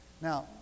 Now